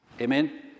Amen